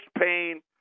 pain